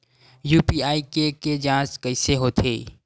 UPI के के जांच कइसे होथे?